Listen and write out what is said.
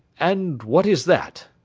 and what is that?